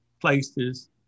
places